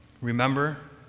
remember